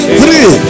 three